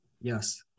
Yes